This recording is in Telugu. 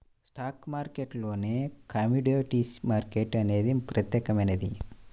స్టాక్ మార్కెట్టులోనే కమోడిటీస్ మార్కెట్ అనేది ప్రత్యేకమైనది